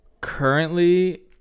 Currently